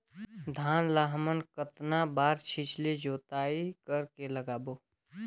धान ला हमन कतना बार छिछली जोताई कर के लगाबो?